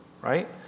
right